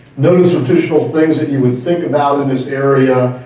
notice traditional things that you would think about in this area,